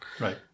Right